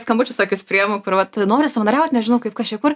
skambučius tokius priimu kur vat noriu savanoriaut nežinau kaip kas čia kur